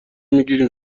میگیریم